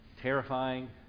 terrifying